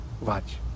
Watch